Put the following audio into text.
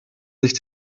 sich